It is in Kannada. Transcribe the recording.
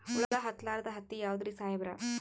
ಹುಳ ಹತ್ತಲಾರ್ದ ಹತ್ತಿ ಯಾವುದ್ರಿ ಸಾಹೇಬರ?